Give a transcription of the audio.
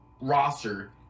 roster